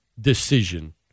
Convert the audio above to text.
decision